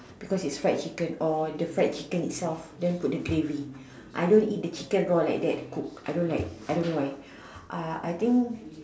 because it's fried chicken or the fried chicken itself then put the gravy I don't eat the chicken raw like that cooked I don't like I don't know why uh I think